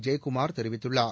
ஜெயக்குமாா் தெரிவித்துள்ளார்